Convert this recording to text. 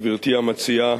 גברתי המציעה,